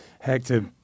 Hector